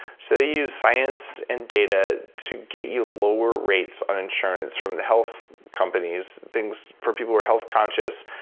so they use science and data to get you lower rates on insurance from the health companies, things for people who are healthconscious.